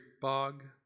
bog